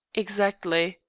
exactly.